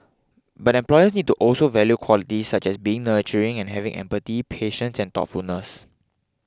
but employers need to also value qualities such as being nurturing and having empathy patience and thoughtfulness